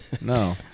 No